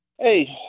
Hey